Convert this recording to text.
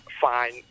fine